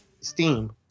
Steam